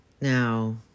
Now